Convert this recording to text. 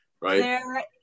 right